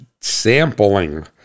sampling